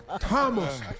Thomas